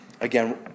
Again